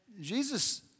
Jesus